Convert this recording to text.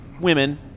women